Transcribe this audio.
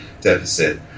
deficit